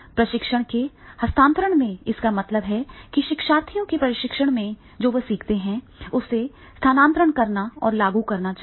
प्रशिक्षण के हस्तांतरण से इसका मतलब है कि शिक्षार्थियों को प्रशिक्षण में जो वे सीखते हैं उसे स्थानांतरित करना और लागू करना चाहिए